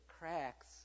cracks